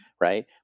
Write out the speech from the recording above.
right